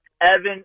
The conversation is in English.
Evan